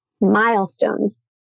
milestones